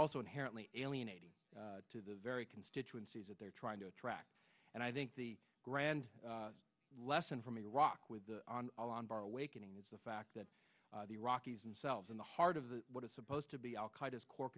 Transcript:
also inherently alienating to the very constituencies that they're trying to attract and i think the grand lesson from iraq with a lot of our awakening was the fact that the iraqis themselves in the heart of the what is supposed to be al